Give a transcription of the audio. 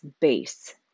base